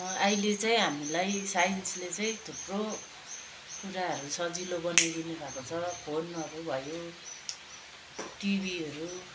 अहिले चाहिँ हामीलाई साइन्सले चाहिँ थुप्रो कुराहरू सजिलो बनाइदिनु भएको छ फोनहरू भयो टिभीहरू